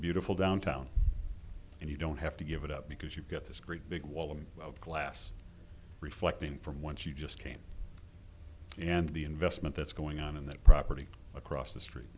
beautiful downtown and you don't have to give it up because you've got this great big wall of glass reflecting from whence you just came and the investment that's going on in that property across the street